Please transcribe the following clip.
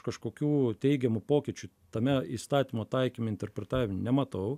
kažkokių teigiamų pokyčių tame įstatymo taikyme interpretavime nematau